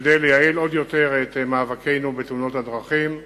כדי לייעל עוד יותר את מאבקנו בתאונות הדרכים.